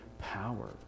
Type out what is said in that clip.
power